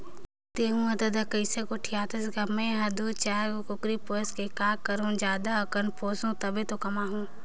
तहूँ हर ददा जइसे गोठियाथस गा मैं हर दू चायर ठन कुकरी पोयस के काय करहूँ जादा असन पोयसहूं तभे तो कमाहूं